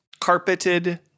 Carpeted